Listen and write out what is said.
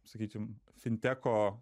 sakykim finteko